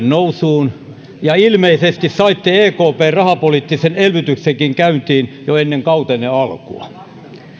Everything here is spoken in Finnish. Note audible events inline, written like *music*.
*unintelligible* nousuun ja ilmeisesti saitte ekpn rahapoliittisen elvytyksenkin käyntiin jo ennen kautenne alkua